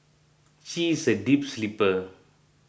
she is a deep sleeper